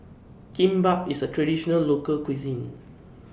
Kimbap IS A Traditional Local Cuisine